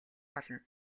болно